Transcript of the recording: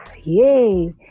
yay